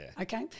Okay